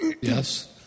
yes